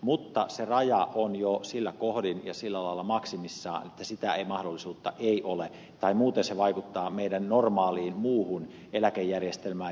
mutta se raja on jo sillä kohdin ja sillä lailla maksimissaan että sitä mahdollisuutta ei ole tai muuten se vaikuttaa meidän normaaliin muuhun eläkejärjestelmään